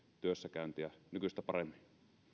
työssäkäyntiä nykyistä paremmin